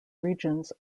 regions